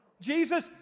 Jesus